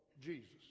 Jesus